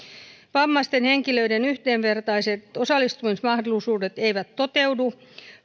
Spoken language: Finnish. vammaisten henkilöiden yhdenvertaiset osallistumismahdollisuudet eivät toteudu